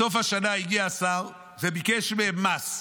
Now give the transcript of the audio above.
בסוף השנה הגיע השר וביקש מהם מס,